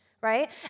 right